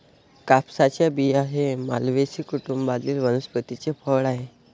कापसाचे बिया हे मालवेसी कुटुंबातील वनस्पतीचे फळ आहे